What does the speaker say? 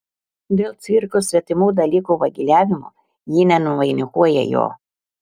dėl cvirkos svetimų dalykų vagiliavimo ji nenuvainikuoja jo